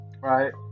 right